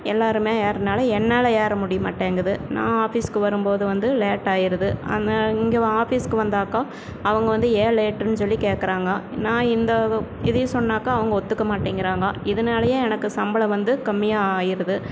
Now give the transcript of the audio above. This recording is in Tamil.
எல்லாருமே ஏர்றனால என்னால் ஏற முடிய மாட்டேங்குது நான் ஆஃபீஸ்க்கு வரும்போது வந்து லேட்டாயிருது ஆனால் இங்கே ஆஃபீஸ்க்கு வந்தாக்கா அவங்க வந்து ஏன் லேட்டுன்னு சொல்லி கேட்குறாங்க நான் இந்த இதைய சொன்னாக்கா அவங்க ஒத்துக்க மாட்டேங்குறாங்க இதனாலயே எனக்கு சம்பளம் வந்து கம்மியாக ஆயிருது